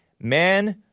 Man